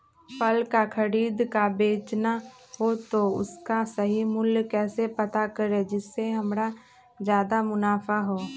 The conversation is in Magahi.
फल का खरीद का बेचना हो तो उसका सही मूल्य कैसे पता करें जिससे हमारा ज्याद मुनाफा हो?